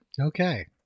Okay